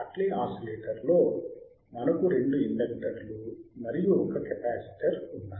Hartley ఆసిలేటర్లో మనకు రెండు ఇండక్టర్లు మరియు ఒక కెపాసిటర్ ఉన్నాయి